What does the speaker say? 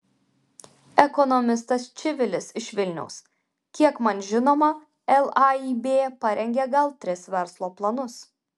ekonomistas čivilis iš vilniaus kiek man žinoma laib parengė gal tris verslo planus